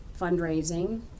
fundraising